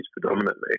predominantly